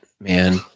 man